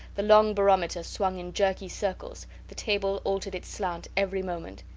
the long barometer swung in jerky circles, the table altered its slant every moment.